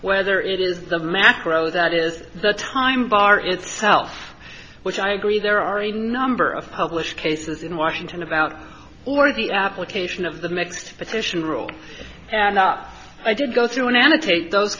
whether it is the macro that is the time bar itself which i agree there are a number of published cases in washington about or the application of the mixed petition rule and up i did go through an annotate those